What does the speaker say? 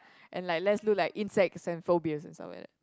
and like let's look like insects and phobias and stuff like that